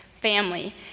family